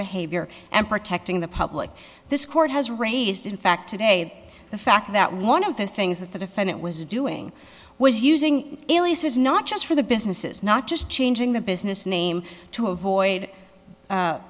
behavior and protecting the public this court has raised in fact today the fact that one of the things that the defendant was doing was using aliases not just for the businesses not just changing the business name to avoid